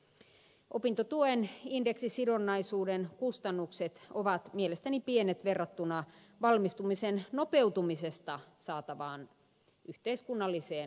opintotuen indeksisidonnaisuuden kustannukset ovat mielestäni pienet verrattuna valmistumisen nopeutumisesta saatavaan yhteiskunnalliseen hyötyyn